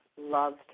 loved